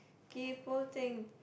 kaypoh thing